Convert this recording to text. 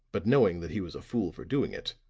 but knowing that he was a fool for doing it,